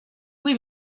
oui